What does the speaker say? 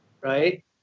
Right